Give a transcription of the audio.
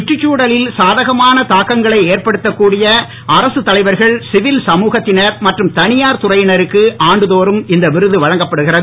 சுற்றுச்சூழலில் சாதகமான தாக்கங்களை ஏற்படுத்தக் கூடிய அரசுத் தலைவர்கள் சிவில் சமுகத்தினர் மற்றும் தனியார் துறையினருக்கு ஆண்டு தோறும் இந்த விருது வழங்கப்படுகிறது